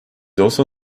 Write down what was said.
also